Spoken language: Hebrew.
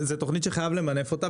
זו תוכנית שחייב למנף אותה.